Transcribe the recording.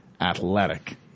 athletic